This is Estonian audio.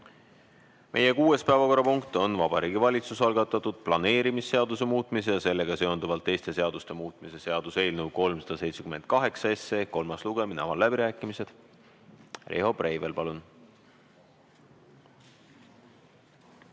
Meie kuues päevakorrapunkt on Vabariigi Valitsuse algatatud planeerimisseaduse muutmise ja sellega seonduvalt teiste seaduste muutmise seaduse eelnõu 378 kolmas lugemine. Avan läbirääkimised. Riho Breivel, palun!